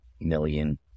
million